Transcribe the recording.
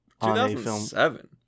2007